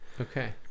Okay